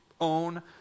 own